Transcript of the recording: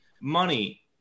money